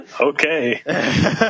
Okay